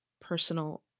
personal